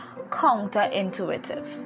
counterintuitive